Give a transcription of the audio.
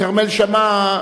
כרמל שאמה,